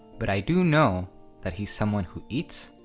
but i do know that he's someone who eats,